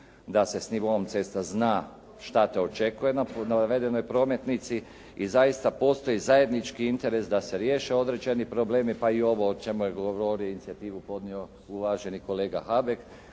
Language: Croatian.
da se s nivoom cesta zna što te očekuje na navedenoj prometnici i zaista postoji zajednički interes da se riješe određeni problemi, pa i ovo o čemu je … /Govornik se ne razumije./ … inicijativu podnio uvaženi kolega Habek